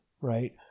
right